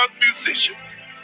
musicians